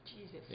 Jesus